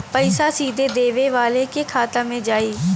पइसा सीधे देवे वाले के खाते में जाई